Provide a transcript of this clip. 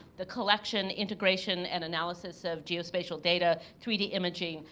the collection integration and analysis of geospatial data, three d imaging,